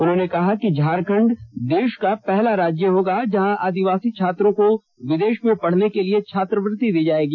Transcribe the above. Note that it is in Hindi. उन्होंने कहा कि झारखंड देश का पहला राज्य होगा जहां आदिवासी छात्रों को विदेश में पढ़ने के लिए छात्रवृत्ति दी जाएगी